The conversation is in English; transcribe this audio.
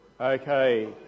Okay